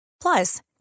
Plus